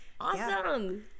awesome